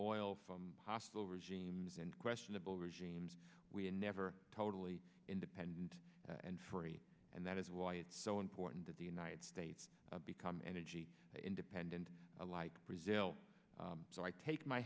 oil from hostile regimes and questionable regimes we are never totally independent and free and that is why it's so important that the united states become energy independent like brazil so i take my